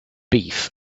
beef